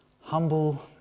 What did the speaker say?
humble